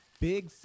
Big